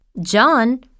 John